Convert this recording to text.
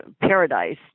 paradise